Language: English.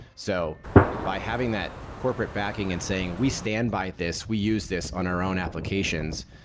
so by having that corporate backing and saying, we stand by this. we use this on our own applications,